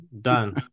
done